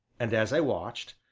and as i watched,